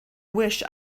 wish